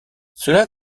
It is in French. cela